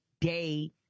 day